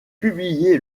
publié